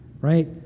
right